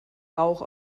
rauch